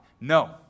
No